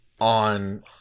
on